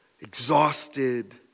exhausted